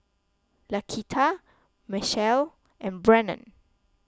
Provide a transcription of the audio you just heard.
Laquita Mechelle and Brannon